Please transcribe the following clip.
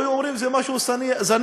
היו אומרים: זה משהו זניח,